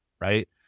right